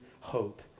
hope